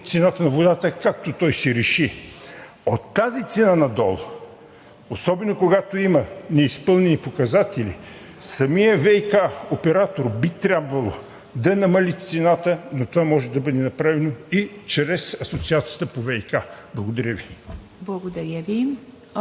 цената на водата, както той си реши. От тази цена надолу, особено когато има неизпълнени показатели, самият ВиК оператор би трябвало да намали цената, но това може да бъде направено и чрез Асоциацията по ВиК. Благодаря Ви.